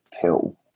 pill